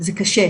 זה קשה,